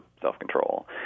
self-control